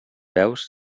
veus